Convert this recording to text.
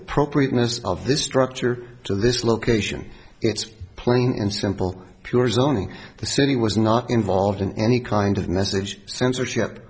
appropriateness of this structure to this location it's plain and simple pure zoning the city was not involved in any kind of message censorship